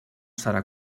serà